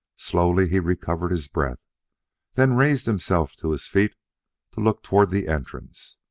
slowly he recovered his breath then raised himself to his feet to look toward the entrance.